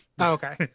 Okay